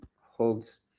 holds